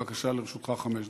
בבקשה, לרשותך חמש דקות.